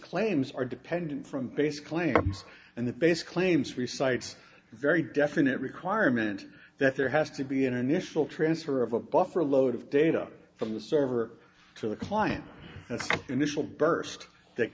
claims are dependent from base claims and the base claims for sites very definite requirement that there has to be initial transfer of a buffer load of data from the server to the client its initial burst that